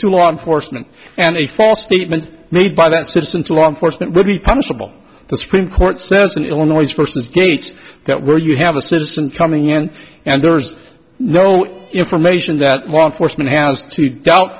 to law enforcement and a false statement made by that citizen to law enforcement would be punishable the supreme court says an illinois versus gates where you have a citizen coming in and there's no information that law enforcement has to doubt